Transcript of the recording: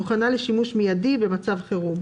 מוכנה לשימוש מיידי במצב חירום."